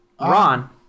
Ron